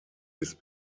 ist